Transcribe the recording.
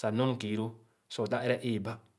sah nɔr nu kii lõõ sah ẽrẽ ẽẽba.